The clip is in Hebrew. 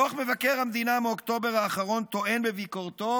דוח מבקר המדינה מאוקטובר האחרון טוען בביקורתו